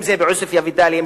אם בעוספיא ודאליה,